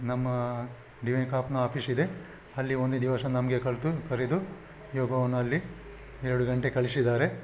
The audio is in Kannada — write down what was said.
ನಮ್ಮ ಡಿವೈನ್ ಕಾಪ್ನ ಆಫೀಶಿದೆ ಅಲ್ಲಿ ಒಂದು ದಿವಸ ನಮಗೆ ಕಲಿ ಕಲಿತು ಯೋಗವನ್ನು ಅಲ್ಲಿ ಎರಡು ಗಂಟೆ ಕಲಿಸಿದ್ದಾರೆ